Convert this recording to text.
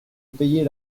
payer